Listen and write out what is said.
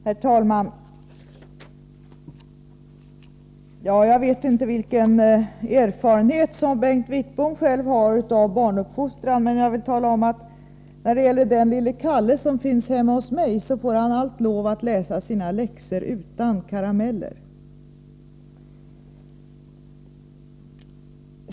Herr talman! Jag vet inte vilken erfarenhet som Bengt Wittbom själv har av barnuppfostran. Men jag vill tala om att den lille Kalle som finns hemma hos mig får lov att läsa sina läxor utan karameller.